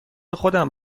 خودم